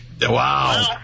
Wow